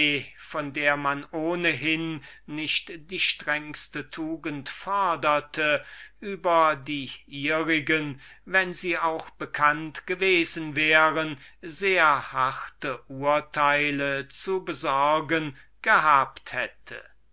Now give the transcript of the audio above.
von der man ohnehin keine vestalische tugend foderte über die ihrigen wenn sie auch bekannt gewesen wären sehr strenge urteile zu besorgen gehabt hätte